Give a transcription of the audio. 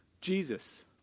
Jesus